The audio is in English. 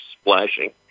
splashing